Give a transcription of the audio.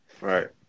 Right